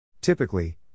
Typically